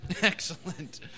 Excellent